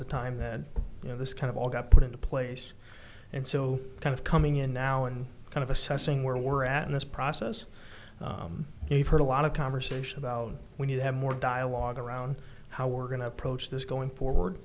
the time that you know this kind of all got put into place and so kind of coming in now and kind of assessing where we're at in this process we've heard a lot of conversation about when you have more dialogue around how we're going to approach this going forward